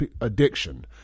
addiction